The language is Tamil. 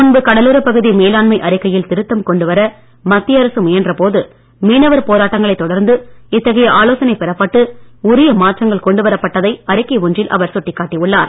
முன்பு கடலோரப் பகுதி மேலாண்மை அறிக்கையில் திருத்தம் கொண்டு வர மத்திய அரசு முயன்ற போது மீனவர் போராட்டங்களை தொடர்ந்து இத்தகைய ஆலோசனை பெறப்பட்டு உரிய மாற்றங்கள் கொண்டு வரப்பட்டதை அறிக்கை ஒன்றில் அவர் சுட்டிக்காட்டியுள்ளார்